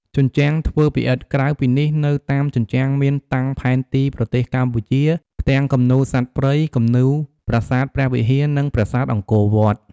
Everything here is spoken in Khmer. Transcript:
ជញ្ជាំងធ្វើពីឥដ្ឋ ក្រៅពីនេះនៅតាមជញ្ជាំងមានតាំងផែនទី ប្រទេសកម្ពុជា ផ្ទាំងគំនូរសត្វព្រៃ គំនូរប្រាសាទព្រះវិហារ និងប្រាសាទអង្គរវត្ត។